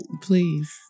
please